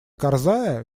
карзая